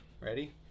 Ready